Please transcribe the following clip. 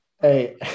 hey